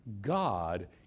God